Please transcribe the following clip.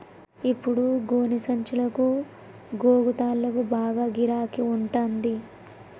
ఇప్పుడు గోనె సంచులకు, గోగు తాళ్లకు బాగా గిరాకి ఉంటంది